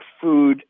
food